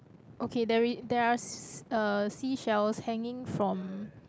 okay there i~ there are s~ uh seashells hanging from